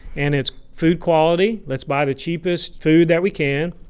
and it's food quality let's buy the cheapest food that we can,